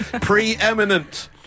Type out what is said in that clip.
preeminent